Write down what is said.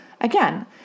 Again